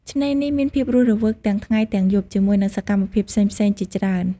ឆ្នេរនេះមានភាពរស់រវើកទាំងថ្ងៃទាំងយប់ ជាមួយនឹងសកម្មភាពផ្សេងៗជាច្រើន។